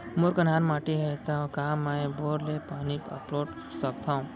मोर कन्हार माटी हे, त का मैं बोर ले पानी अपलोड सकथव?